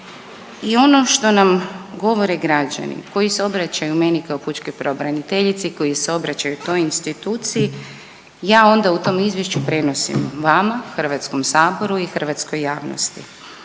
i ono što nam govore građani koji se obraćaju meni kao pučkoj pravobraniteljici, koji se obraćaju toj instituciji ja onda u tom izvješću prenosim vama, Hrvatskom saboru i hrvatskoj javnosti